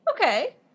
okay